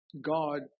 God